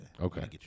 Okay